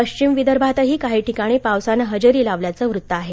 पश्चिम विदर्भातही काही ठिकाणी पावसानं हजेरी लावल्याचं वत्त आहे